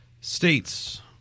states